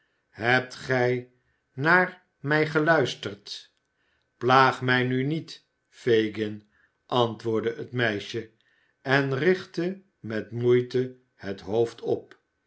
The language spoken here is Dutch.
hebt gij naar mij geluisterd plaag mij nu niet fagin antwoordde het meisje en richtte met moei e het hoofd op